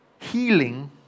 Healing